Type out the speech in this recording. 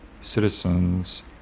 citizens